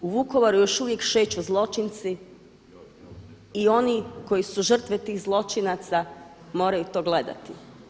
U Vukovaru još uvijek šeću zločinci i oni koji su žrtve tih zločinaca moraju to gledati.